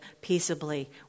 peaceably